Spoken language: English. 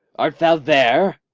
art thou there?